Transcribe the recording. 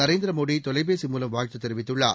நரேந்திரமோடிதொலைபேசி மூலம் வாழ்த்துதெரிவித்துள்ளார்